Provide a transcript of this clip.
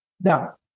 Now